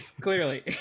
Clearly